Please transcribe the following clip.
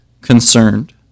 concerned